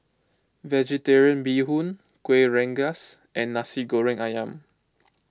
Vegetarian Bee Hoon Kuih Rengas and Nasi Goreng Ayam